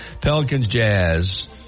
Pelicans-Jazz